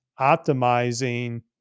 optimizing